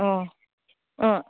ꯑꯪ ꯑꯥ